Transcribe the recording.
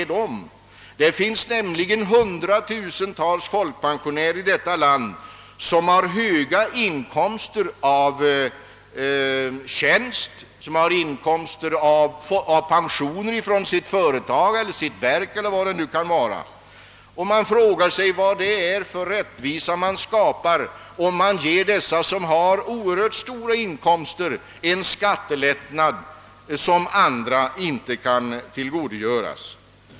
Det finns nämligen i vårt land hundratusentals folkpensionärer som har höga inkomster av tjänst eller av pension från tidigare anställning. Man frågar sig vad man skapar för rättvisa, om man ger dem som har mycket stora inkomster en skattelättnad som andra inte kan tillgodogöra sig.